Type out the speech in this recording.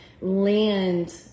land